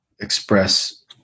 express